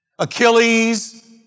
Achilles